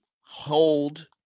hold